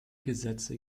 gesetze